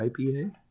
IPA